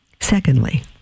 Secondly